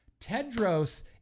Tedros